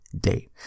day